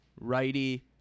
righty